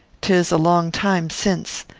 tis a long time since.